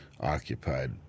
occupied